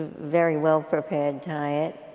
very well prepared diet.